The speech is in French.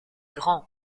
grand